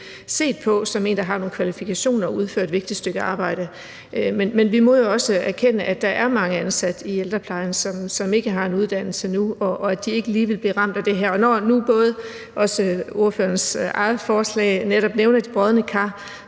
set på som en, der har nogle kvalifikationer og udfører et vigtigt stykke arbejde. Men vi må jo også erkende, at der er mange ansat i ældreplejen, som ikke har en uddannelse nu, og at de ikke lige vil blive ramt af det her. Ordførerens eget forslag nævner netop de brodne kar,